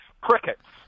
Crickets